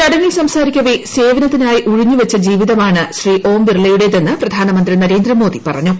ചടങ്ങിൽ സംസാരിക്കവെ സേവനത്തിനായി ഉഴിഞ്ഞുവച്ച ജീവിതമാണ് ശ്രീ ഓം ബിർളയുടെതെന്ന് പ്രധാനമന്ത്രി നരേന്ദ്രമോദി പറഞ്ഞു